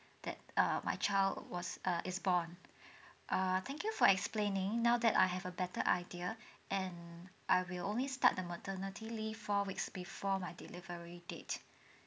that err my child was uh is born err thank you for explaining now that I have a better idea and I will only start the maternity leave four weeks before my delivery date